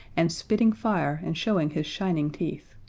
and spitting fire and showing his shining teeth.